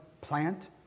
plant